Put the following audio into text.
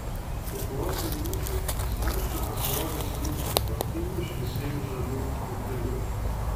po poros minučių ant slenksčio pasirodė senutė tvarkingu šviesiai žaliu chalatėliu